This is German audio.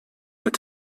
mit